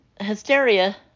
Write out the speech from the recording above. Hysteria